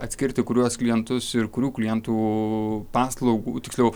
atskirti kuriuos klientus ir kurių klientų paslaugų tiksliau